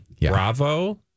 Bravo